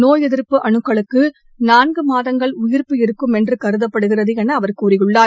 நோய் எதிர்ப்பு அனுக்களுக்கு நான்கு மாதங்கள் உயிர்ப்பு இருக்கும் என்று கருதப்படுகிறது என அவர் கூறியுள்ளார்